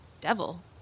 devil